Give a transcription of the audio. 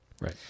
Right